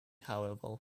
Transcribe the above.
however